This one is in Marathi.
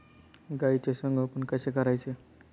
गाईचे संगोपन कसे करायचे?